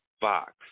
Fox